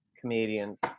comedians